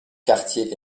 cartier